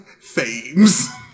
Fames